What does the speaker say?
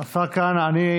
כהנא,